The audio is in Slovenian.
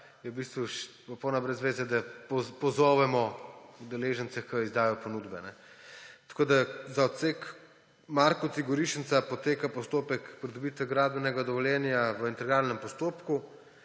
je v bistvu popolnoma brez zveze, da pozovemo udeležence k izdaji ponudbe. Tako za odsek Markovci–Gorišnica poteka postopek pridobitve gradbenega dovoljenja v integralnem postopku.